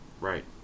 Right